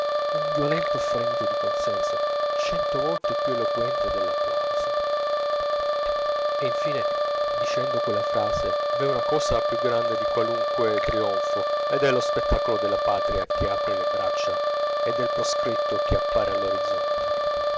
un violento fremito di consenso cento volte più eloquente dell'applauso e infine dicendo quella frase v'è una cosa più grande di qualunque trionfo ed è lo spettacolo della patria che apre le braccia e del proscritto che appare all'orizzonte